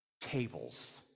tables